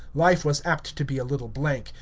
life was apt to be a little blank,